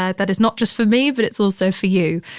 that that is not just for me, but it's also for you.